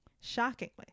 shockingly